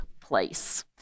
place